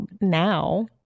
now